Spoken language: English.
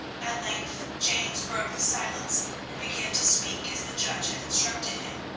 at length james broke the silence and began to speak as the judge had instructed him.